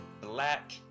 black